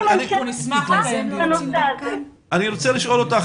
אני רוצה לשאול אותך,